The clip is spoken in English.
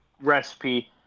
recipe